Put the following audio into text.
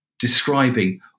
describing